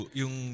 yung